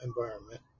environment